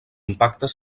impactes